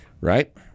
right